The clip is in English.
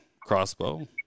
Crossbow